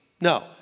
No